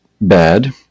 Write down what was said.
bad